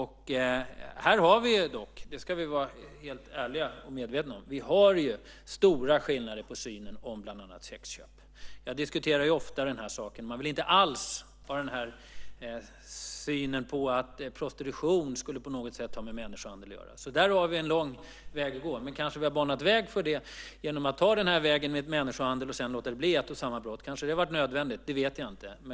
Här har vi dock - det ska vi vara helt ärliga och medvetna om - stora skillnader när det gäller synen på sexköp. Jag diskuterar ofta den saken. Man har inte alls synen att prostitution på något sätt skulle ha med människohandel att göra. Så där har vi en lång väg att gå, men vi kanske har banat väg för det genom att ta vägen via människohandel och sedan låta det bli ett och samma brott. Kanske har det varit nödvändigt. Det vet jag inte.